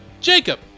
Jacob